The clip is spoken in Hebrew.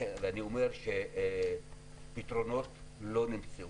ואני אומר שפתרונות לא נמצאו.